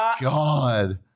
God